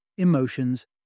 emotions